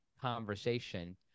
conversation